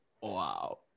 Wow